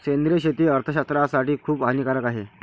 सेंद्रिय शेती अर्थशास्त्रज्ञासाठी खूप हानिकारक आहे